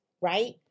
right